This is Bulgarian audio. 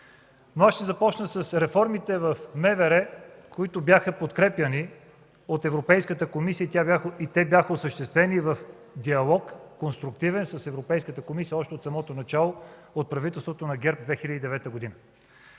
Но аз ще започна с реформите в МВР, които бяха подкрепяни от Европейската комисия и те бяха осъществени в конструктивен диалог с Европейската комисия още от самото начало от правителството на ГЕРБ през 2009 г.